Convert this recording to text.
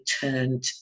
turned